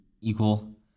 equal